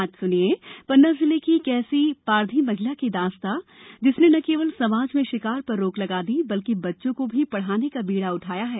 आज सुनिए पन्ना जिले की एक ऐसी पारधी महिला की दास्तां जिसने ना केवल समाज में शिकार पर रोक लगादी बल्कि बच्चों को भी पढ़ाने का बीड़ा उठाया है